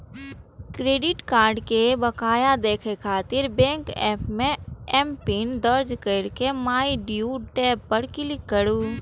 credit card के बकाया देखै खातिर बैंकक एप मे एमपिन दर्ज कैर के माइ ड्यू टैब पर क्लिक करू